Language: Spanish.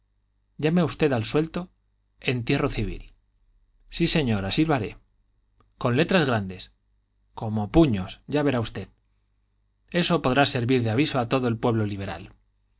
foja llame usted al suelto entierro civil sí señor así lo haré con letras grandes como puños ya verá usted eso podrá servir de aviso a todo el pueblo liberal